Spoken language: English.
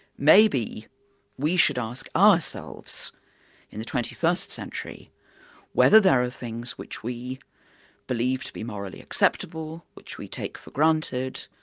maybe we should ask ourselves in the twenty first century whether there are things which we believe to be morally acceptable which we take for granted,